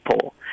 poll